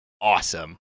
Awesome